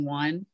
one